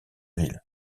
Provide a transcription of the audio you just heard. ville